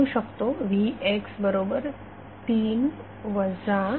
आपण म्हणू शकतो vx3 i